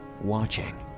watching